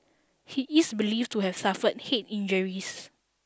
he is believed to have suffered head injuries